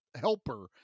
helper